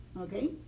okay